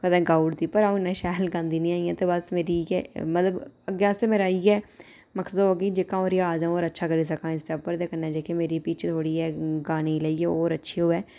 कदें गाई ओड़दी पर आं'ऊ इन्ना शैल गांदी निं ऐ इ'यां ते बस मेरी इ'यै मतलब अग्गें आस्तै मेरा इ'यै मकसद होग कि जेहका आं'ऊ रेयाज होर अच्छा करी सकां इस स्हाबै जेहकी मेरी पिच थोह्ड़ी गाने गी लेइयै होर अच्छी होऐ